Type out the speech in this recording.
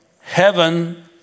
heaven